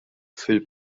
fil